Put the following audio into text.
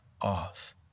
off